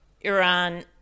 Iran